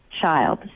child